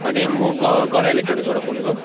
अनि म ग गरा इलेक्ट्रोनिक्सबाट बोलेको